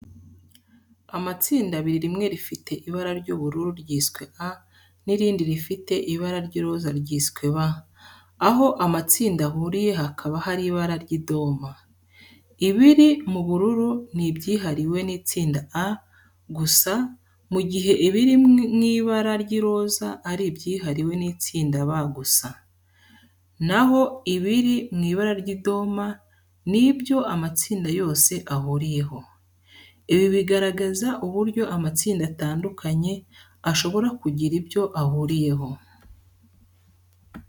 Amatsinda abiri rimwe rifite ibara ry'ubururu ryiswe A n'irindi rifite ibara ry'iroza ryiswe B. Aho amatsinda ahuriye hakaba hari ibara ry'idoma. Ibiri mu bururu ni ibyihariwe n'itsinda A gusa mu gihe ibiri mu ibara ry'iroza ari ibyihariwe n'itsinda B gusa. Na ho ibiri mu ibara ry'idoma ni ibyo amatsinda yose ahuriyeho. Ibi bigaragaza uburyo amatsinda atandukanye ashobora kugira ibyo ahuriyeho.